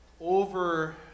over